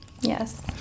Yes